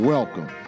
Welcome